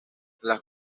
las